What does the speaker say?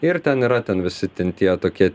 ir ten yra ten visi ten tie tokie